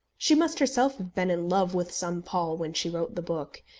she must herself have been in love with some paul when she wrote the book,